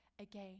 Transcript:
Again